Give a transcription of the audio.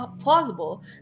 plausible